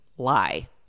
lie